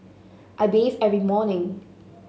I bathe every morning